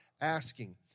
asking